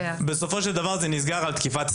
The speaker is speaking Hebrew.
בסופו של דבר זה נסגר על תקיפת סתם.